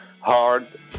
hard